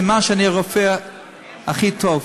סימן שאני הרופא הכי טוב,